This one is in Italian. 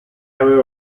aveva